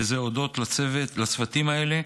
וזה הודות לצוותים האלה,